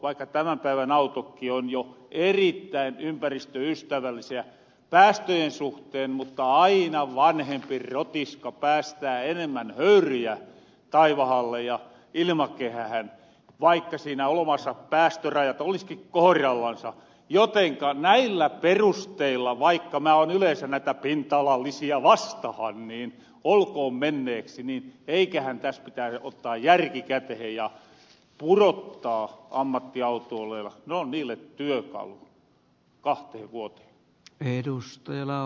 vaikka tämän päivän autokki on jo erittäin ympäristöystävällisiä päästöjen suhteen aina vanhempi rotiska päästää enemmän höyryjä taivahalle ja ilmakehähän vaikka siinä olovanansa päästörajat oliskin kohrallansa jotenka näillä perusteilla vaikka mä oon yleensä näitä pinta alalisiä vastahan niin olkoon menneeksi eiköhän tässä pitäisi ottaa järki kätehen ja purottaa ammattiautoolijoilla ne on niille työkalu kahtehen vuotehen